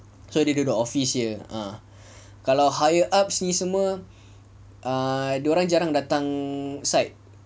so dia duduk office aje ah kalau higher ups ni semua ah dia orang jarang datang site